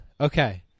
Okay